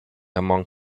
among